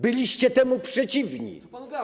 Byliście temu przeciwni.